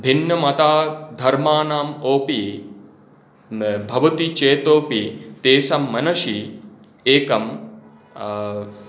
भिन्नमताधर्माणाम् अपि भवति चेदपि तेषां मनसि एकं